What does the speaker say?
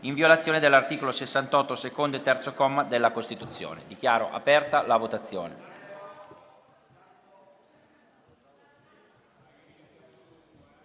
in violazione dell'articolo 68, secondo e terzo comma, della Costituzione. *(Segue la votazione).*